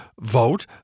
vote